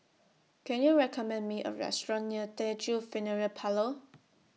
Can YOU recommend Me A Restaurant near Teochew Funeral Parlour